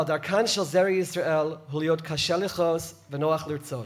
אבל דרכם של זרע ישראל הוא להיות קשה לכעוס ונוח לרצות.